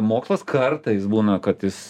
mokslas kartais būna kad jis